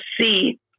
see